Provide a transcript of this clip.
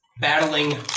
battling